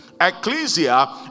Ecclesia